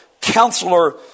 Counselor